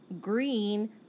green